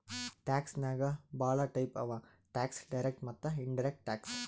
tax ನಾಗ್ ಭಾಳ type ಅವಾ ಟ್ಯಾಕ್ಸ್ ಡೈರೆಕ್ಟ್ ಮತ್ತ ಇನಡೈರೆಕ್ಟ್ ಟ್ಯಾಕ್ಸ್